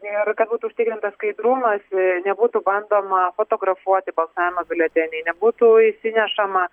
ir kad būtų užtikrintas skaidrumas nebūtų bandoma fotografuoti balsavimo biuleteniai nebūtų įsinešama